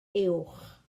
uwch